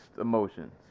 emotions